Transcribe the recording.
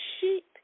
sheep